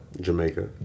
Jamaica